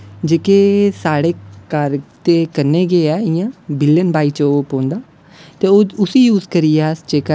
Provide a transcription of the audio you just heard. जेह्का साढ़े घर दे कन्नै गै इ'यां बिलन बांई च ओह् पोदा ते उसी करी जेह्का ऐ